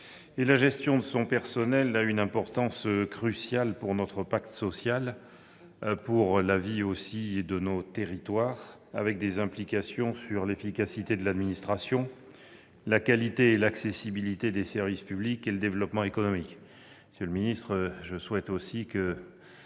la gestion de son personnel revêt une importance cruciale pour notre pacte social et pour la vie de nos territoires, avec des implications sur l'efficacité de l'administration, la qualité et l'accessibilité des services publics, ainsi que le développement économique. Monsieur le secrétaire d'État, je souhaite qu'il